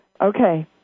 Okay